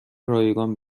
رایگان